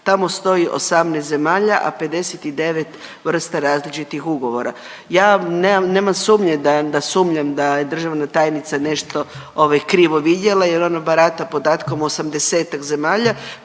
tamo stoji 18 zemalja, a 59 vrsta različitih ugovora. Ja nemam sumnje da sumnjam da je državna tajnica nešto krivo vidjela, jer ona barata podatkom osamdesetak